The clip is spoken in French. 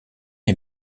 est